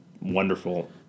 wonderful –